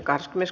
asia